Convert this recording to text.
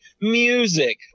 music